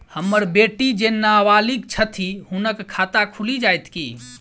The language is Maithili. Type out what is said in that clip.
हम्मर बेटी जेँ नबालिग छथि हुनक खाता खुलि जाइत की?